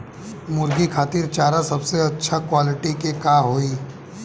मुर्गी खातिर चारा सबसे अच्छा क्वालिटी के का होई?